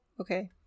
Okay